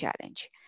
challenge